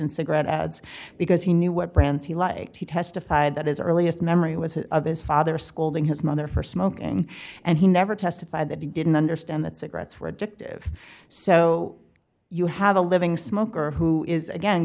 in cigarette ads because he knew what brands he liked he testified that his earliest memory was of his father scolding his mother for smoking and he never testified that he didn't understand that cigarettes were addictive so you have a living smoker who is again